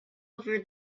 over